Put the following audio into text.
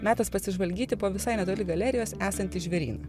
metas pasižvalgyti po visai netoli galerijos esantį žvėryną